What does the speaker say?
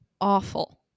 awful